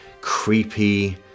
creepy